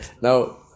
now